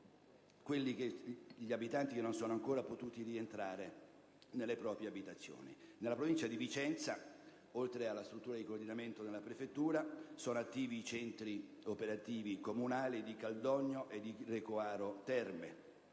sono 700 gli abitanti che non sono ancora potuti rientrare nelle proprie abitazioni. Nella provincia di Vicenza, oltre alla struttura di coordinamento della prefettura, sono attivi i centri operativi comunali di Caldogno e di Recoaro Terme.